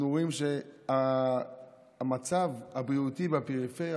אנחנו רואים שהמצב הבריאותי בפריפריה,